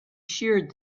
sheared